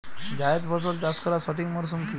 জায়েদ ফসল চাষ করার সঠিক মরশুম কি?